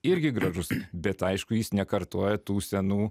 irgi gražus bet aišku jis nekartoja tų senų